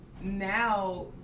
now